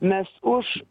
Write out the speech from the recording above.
mes už